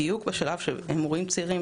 בדיוק בשלב בו הם הורים צעירים,